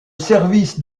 service